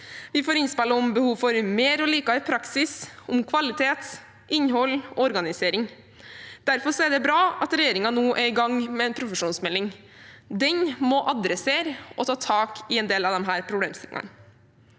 Vi får innspill om behovet for mer og likere praksis, om kvalitet, innhold og organisering. Derfor er det bra at regjeringen nå er i gang med en profesjonsmelding. Den må ta tak i en del av disse problemstillingene.